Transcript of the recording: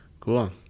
cool